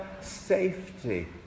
safety